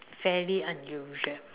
fairly unusual